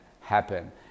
happen